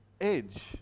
edge